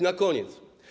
Na koniec.